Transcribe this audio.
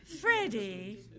Freddie